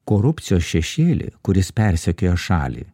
korupcijos šešėlį kuris persekiojo šalį